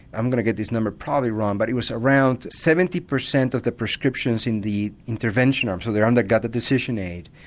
i'm going to get this number probably wrong, but it was around seventy percent of the prescriptions in the intervention, um so they and got a decision aid,